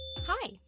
Hi